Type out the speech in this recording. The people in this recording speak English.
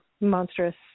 monstrous